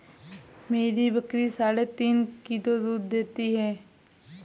मेरी बकरी साढ़े तीन किलो दूध देती है